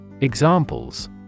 Examples